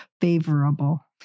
favorable